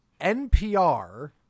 NPR